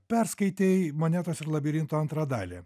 perskaitei monetos ir labirinto antrą dalį